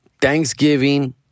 Thanksgiving